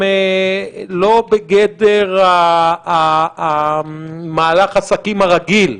הם לא בגדר מהלך העסקים הרגיל,